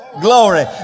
Glory